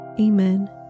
Amen